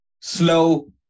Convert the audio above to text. slow